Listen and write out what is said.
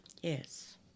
Yes